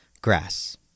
Grass